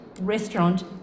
restaurant